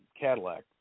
Cadillac